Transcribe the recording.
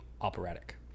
operatic